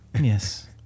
Yes